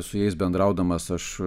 su jais bendraudamas aš